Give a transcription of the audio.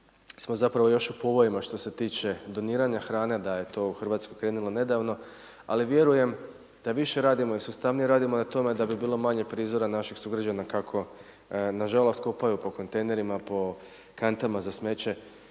smo zapravo još u povojima što se tiče doniranja hrane da je to u Hrvatskoj krenulo nedavno, ali vjerujemo da više radimo i sustavnije radimo na tome da bi bilo manje prizora naših sugrađana kako na žalost kopaju po kontejnerima, po kantama za smeće